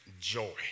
joy